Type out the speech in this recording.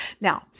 Now